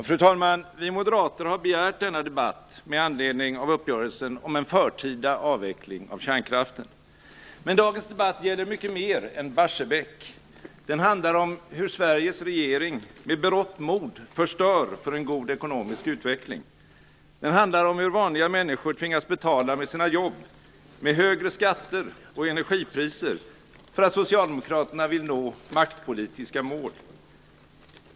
Fru talman! Vi moderater har begärt denna debatt med anledning av uppgörelsen om en förtida avveckling av kärnkraften. Men dagens debatt gäller mycket mer än Barsebäck. Den handlar om hur Sveriges regering med berått mod förstör för en god ekonomisk utveckling. Den handlar om hur vanliga människor tvingas betala med sina jobb, med högre skatter och energipriser för att socialdemokraterna vill nå maktpolitiska mål.